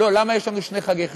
למה יש לנו שני חגי חירות,